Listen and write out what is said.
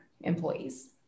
employees